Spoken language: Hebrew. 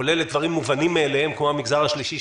כולל לדברים מובנים מאליהם כמו המגזר השלישי,